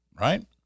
right